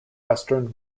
western